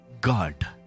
God